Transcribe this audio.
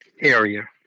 area